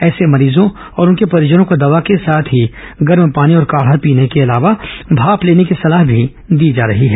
ऐसे मरीजों और उनके परिजनों को दवा के साथ ही गर्म पानी और काढ़ा पीने के अलावा भाप लेने की सलाह भी दी जा रही है